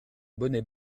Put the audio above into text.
bonnet